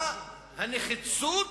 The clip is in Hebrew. מה הנחיצות